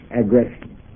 aggression